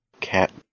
cat